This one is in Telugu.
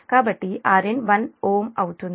కాబట్టి Rn 1 Ω 1 అవుతుంది